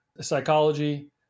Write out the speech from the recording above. psychology